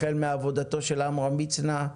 החל מעבודתו של עמרם מצנע,